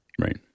Right